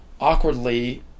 awkwardly